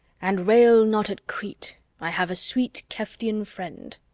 and rail not at crete i have a sweet keftian friend.